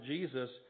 Jesus